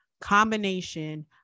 combination